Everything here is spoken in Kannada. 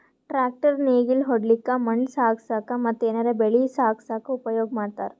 ಟ್ರ್ಯಾಕ್ಟರ್ ನೇಗಿಲ್ ಹೊಡ್ಲಿಕ್ಕ್ ಮಣ್ಣ್ ಸಾಗಸಕ್ಕ ಮತ್ತ್ ಏನರೆ ಬೆಳಿ ಸಾಗಸಕ್ಕ್ ಉಪಯೋಗ್ ಮಾಡ್ತಾರ್